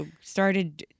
started